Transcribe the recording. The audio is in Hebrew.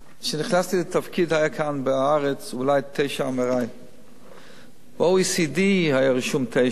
כשנכנסתי לתפקיד היו כאן בארץ אולי תשעה MRI. ב-OECD היה רשום תשעה.